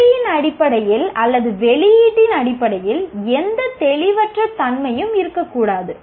மொழியின் அடிப்படையில் அல்லது வெளியீட்டின் அடிப்படையில் எந்த தெளிவற்ற தன்மையும் இருக்கக்கூடாது